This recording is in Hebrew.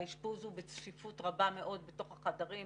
האשפוז הוא בצפיפות רבה בתוך החדרים;